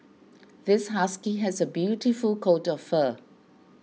this husky has a beautiful coat of fur